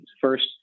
First